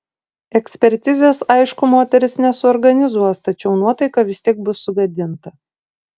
ekspertizės aišku moteris nesuorganizuos tačiau nuotaika vis tiek bus sugadinta